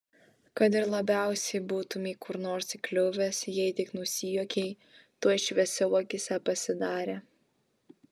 kad ir labiausiai būtumei kur nors įkliuvęs jei tik nusijuokei tuoj šviesiau akyse pasidarė